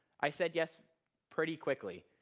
i said yes pretty quickly.